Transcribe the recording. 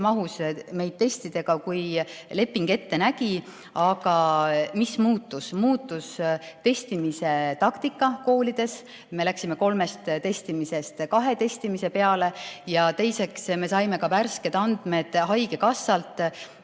mahus testidega, kui leping ette nägi. Aga mis muutus? Muutus testimise taktika koolides. Me läksime kolmelt testimiselt kahe testimise peale. Ja teiseks, me saime värsked andmed haigekassalt